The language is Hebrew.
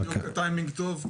זה בדיוק טיימינג טוב,